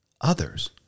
others